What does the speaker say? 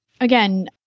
Again